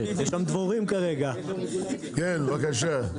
כן, בבקשה.